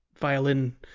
violin